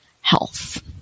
health